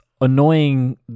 annoying